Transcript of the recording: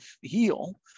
heal